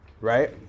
Right